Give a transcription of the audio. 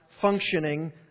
functioning